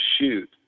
shoot